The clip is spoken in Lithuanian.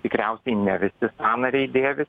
tikriausiai ne visi sąnariai dėvis